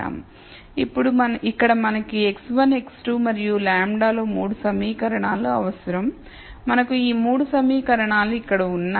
ఇక్కడ మనకు x1 x2 మరియు λ లో 3 సమీకరణాలు అవసరం మనకు ఈ 3 సమీకరణాలు ఇక్కడ ఉన్నాయి